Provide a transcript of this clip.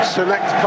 Select